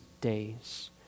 days